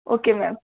okay ma'am